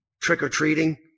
trick-or-treating